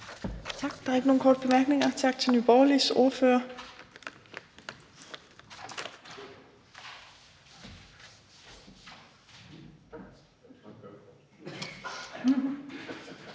Torp): Der er ikke nogen korte bemærkninger. Tak til Nye Borgerliges ordfører.